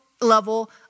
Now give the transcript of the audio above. level